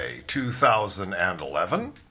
2011